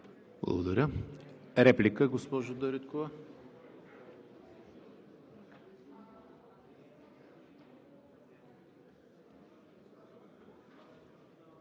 Благодаря. Реплики? Госпожа Дариткова.